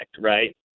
right